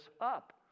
up